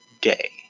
day